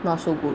not so good